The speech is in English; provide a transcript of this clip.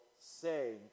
say